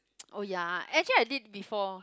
oh ya actually I did before